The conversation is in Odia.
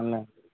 ହେଲା